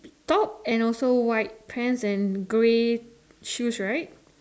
top and also white pants and grey shoes right